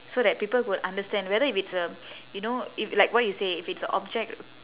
so that people would understand whether if it's a you know if like what you say if it's a object